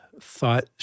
thought